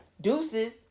Deuces